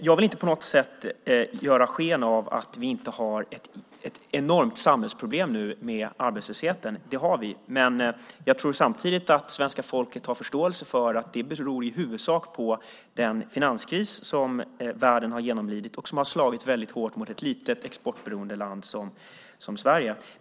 Jag vill inte på något sätt ge sken av att vi nu inte har ett enormt samhällsproblem med arbetslösheten - det har vi. Men jag tror samtidigt att svenska folket har förståelse för att det i huvudsak beror på den finanskris som världen har genomlidit och som har slagit väldigt hårt mot ett litet, exportberoende land som Sverige.